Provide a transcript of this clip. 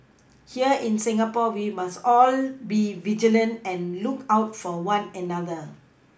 here in Singapore we must all be vigilant and look out for one another